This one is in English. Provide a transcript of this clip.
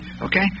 Okay